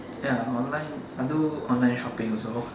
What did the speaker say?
ya online I do online shopping also